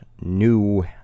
new